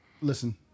Listen